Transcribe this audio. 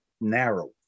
narrow